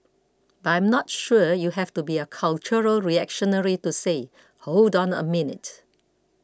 but I am not sure you have to be a cultural reactionary to say hold on a minute